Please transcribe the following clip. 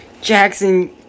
Jackson